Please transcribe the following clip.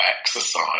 exercise